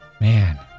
Man